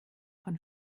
von